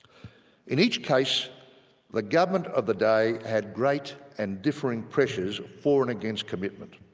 in each case the government of the day had great and differing pressures for and against commitment.